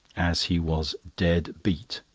as he was dead beat,